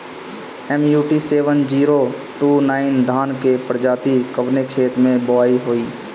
MUT seven zero two nine धान के प्रजाति कवने खेत मै बोआई होई?